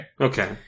Okay